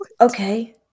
okay